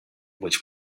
which